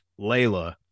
layla